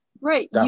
right